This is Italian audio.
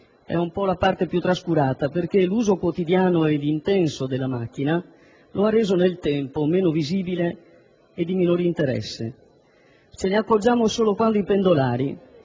è un pò la parte più trascurata perché l'uso quotidiano ed intenso dell'automobile lo ha reso nel tempo meno visibile e di minore interesse. Ce ne accorgiamo solo quando i pendolari,